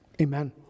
Amen